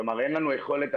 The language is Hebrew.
כלומר אין לנו יכולת,